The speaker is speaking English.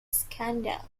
scandal